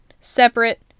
separate